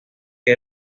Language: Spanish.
que